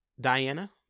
Diana